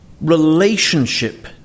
relationship